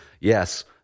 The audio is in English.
yes